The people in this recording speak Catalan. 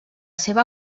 seva